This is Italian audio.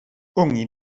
ogni